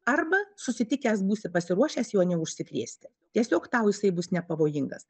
arba susitikęs būsi pasiruošęs juo neužsikrėsti tiesiog tau jisai bus nepavojingas